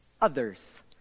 Others